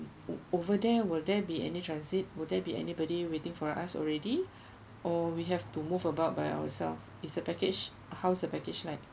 over there will there be any transit will there be anybody waiting for us already or we have to move about by ourself is the package how's the package like